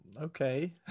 Okay